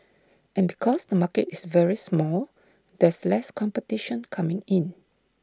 and because the market is very small there's less competition coming in